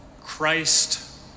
Christ